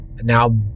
now